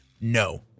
No